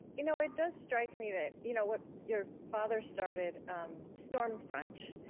you know it does strike me that you know what your father started um stormfront,